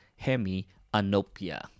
hemianopia